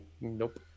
Nope